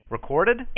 Recorded